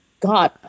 God